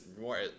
more